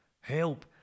Help